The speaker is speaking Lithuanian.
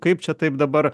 kaip čia taip dabar